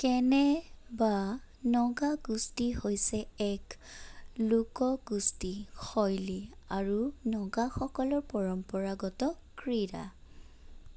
কেনে বা নগা কুস্তি হৈছে এক লোক কুস্তি শৈলী আৰু নগাসকলৰ পৰম্পৰাগত ক্ৰীড়া